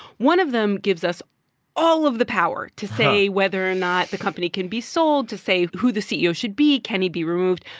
one of them gives us all of the power to say whether or not the company can be sold, to say who the ceo should be. can he be removed?